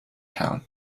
town